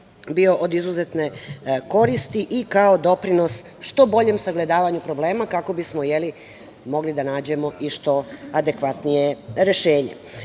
bio od izuzetne koristi i kao doprinos što boljem sagledavanju problema, kako bismo mogli da nađemo i što adekvatnije